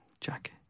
Jack